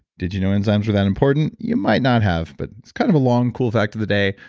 did you know enzymes were that important? you might not have, but it's kind of a long cool fact of the day.